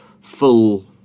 full